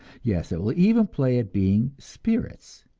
yes, it will even play at being spirits!